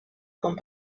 gone